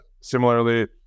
Similarly